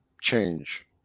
change